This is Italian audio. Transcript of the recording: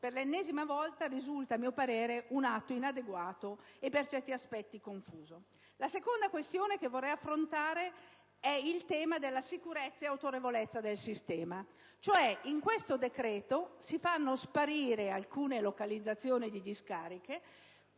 per l'ennesima volta, risulta a mio parere inadeguato e per certi aspetti confuso. La seconda questione che vorrei affrontare riguarda il tema della sicurezza e autorevolezza del sistema. In questo decreto si fanno sparire alcune localizzazioni di discariche.